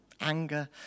anger